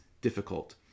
difficult